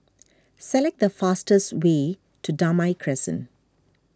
select the fastest way to Damai Crescent